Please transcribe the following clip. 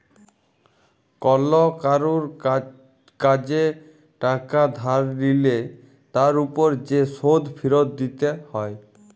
call কারুর কাজে টাকা ধার লিলে তার উপর যে শোধ ফিরত দিতে হ্যয়